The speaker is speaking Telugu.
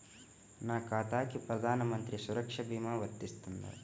నా ఖాతాకి ప్రధాన మంత్రి సురక్ష భీమా వర్తిస్తుందా?